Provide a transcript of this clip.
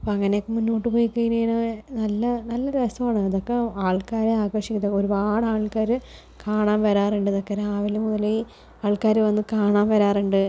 അപ്പം അങ്ങനെയൊക്കെ മുന്നോട്ട് പൊയ് കഴിഞ്ഞ് കഴിഞ്ഞാൽ നല്ല നല്ല രസമാണ് അതൊക്കെ ആൾക്കാരെ ആകർഷിക്കാൻ ഒരുപാട് ആൾക്കാർ കാണാൻ വരാറുണ്ട് ഇതൊക്കെ രാവിലെ മുതലെ ആൾക്കാർ വന്ന് കാണാൻ വരാറുണ്ട്